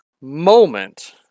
moment